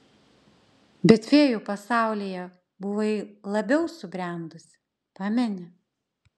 bet fėjų pasaulyje buvai labiau subrendusi pameni